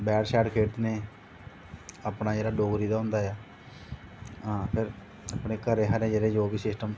bat खेढ़ने अपना डोगरी दा जेह्ड़ा होंदा ऐ अपना जेह्ड़ा डोगरी दा होंदा ऐ अपने घरें दा लेइयै जो बी सिस्टम